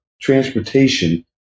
transportation